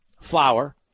flour